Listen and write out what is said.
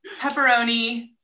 Pepperoni